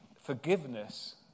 forgiveness